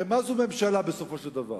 הרי מה זו ממשלה, בסופו של דבר?